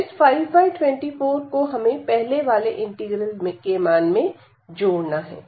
इस 524 को हमें पहले वाले इंटीग्रल के मान में जोड़ना है